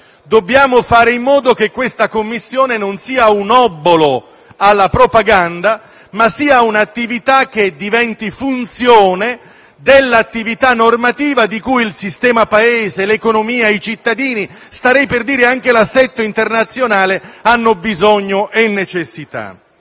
Dobbiamo fare in modo che la Commissione non sia un obolo alla propaganda, ma svolga un'attività funzionale all'attività normativa, di cui il sistema Paese, l'economia, i cittadini - starei per dire anche l'assetto internazionale - hanno bisogno e necessità.